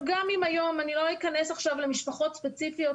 אני לא אכנס עכשיו למשפחות ספציפיות,